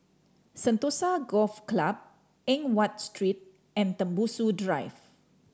Sentosa Golf Club Eng Watt Street and Tembusu Drive